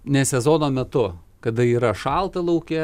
ne sezono metu kada yra šalta lauke